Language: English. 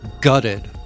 gutted